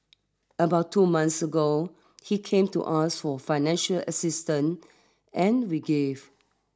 about two months ago he came to us for financial assistant and we gave